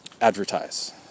advertise